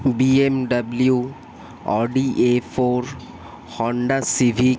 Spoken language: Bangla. BMW Audi A four Honda civic